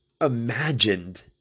imagined